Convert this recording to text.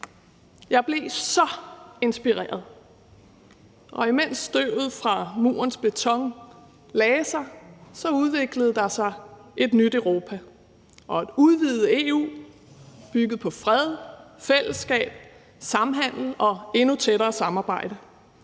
Jeg blev så inspireret, og imens støvet fra murens beton lagde sig, udviklede der sig et nyt Europa og et udvidet EU bygget på fred, fællesskab, samhandel og et endnu tættere samarbejde.